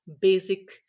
basic